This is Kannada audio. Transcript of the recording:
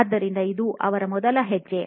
ಆದ್ದರಿಂದ ಇದು ಅವರು ಮಾಡುವ ಮೊದಲ ಹೆಜ್ಜೆ